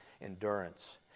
endurance